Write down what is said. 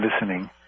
listening